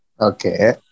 Okay